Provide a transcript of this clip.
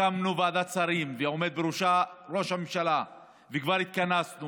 הקמנו ועדת שרים ועומד בראשה ראש הממשלה וכבר התכנסנו,